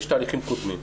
יש תהליכים קודמים.